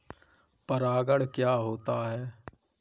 परागण क्या होता है?